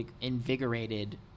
invigorated